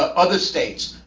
ah other states,